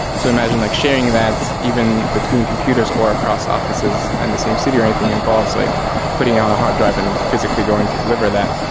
so imagine like sharing that even between computers or across offices in and the same city or anything involved like putting on a hard drive and physically going to deliver that.